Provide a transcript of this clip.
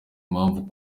impamvu